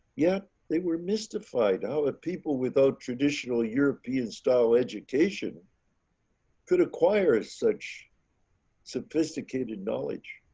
yet they were mystified our people without traditional european style education could acquire such sophisticated knowledge.